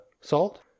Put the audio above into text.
salt